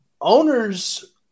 owners